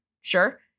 sure